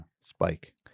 Spike